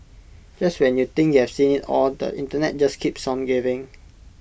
just when you think you have seen IT all the Internet just keeps on giving